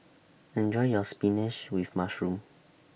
Enjoy your Spinach with Mushroom